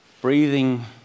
breathing